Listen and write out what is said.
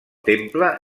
temple